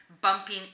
bumping